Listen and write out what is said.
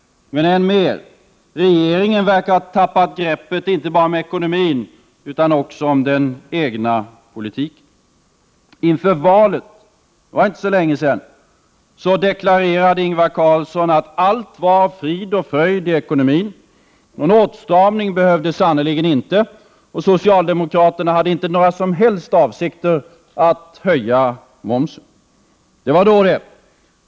Men än mer verkar regeringen ha tappat greppet inte bara om ekonomin utan också om den egna politiken. Inför valet, det var inte så länge sedan, deklarerade Ingvar Carlsson att allt var frid och fröjd i ekonomin. Någon åtstramning behövdes sannerligen inte, och socialdemokraterna hade inte några som helst avsikter att höja momsen. Det var då det.